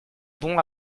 bons